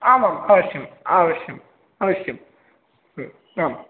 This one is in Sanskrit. आम् आम् अवश्यम् अवश्यम् अवश्यम् आम्